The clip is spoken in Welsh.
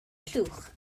llwch